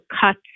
cuts